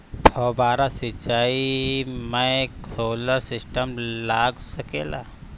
फौबारा सिचाई मै सोलर सिस्टम लाग सकेला?